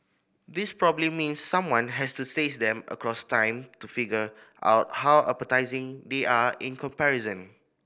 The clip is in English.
this probably means someone has to taste them across time to figure out how appetising they are in comparison